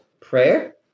prayer